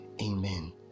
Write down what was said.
Amen